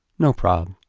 no prob.